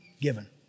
given